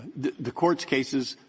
the the court's cases,